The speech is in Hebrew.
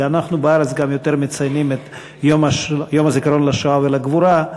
כי אנחנו בארץ גם יותר מציינים את יום הזיכרון לשואה ולגבורה,